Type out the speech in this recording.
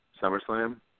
SummerSlam